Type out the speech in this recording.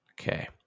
Okay